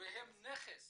והם נכס